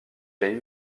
james